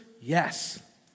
Yes